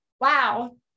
wow